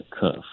curve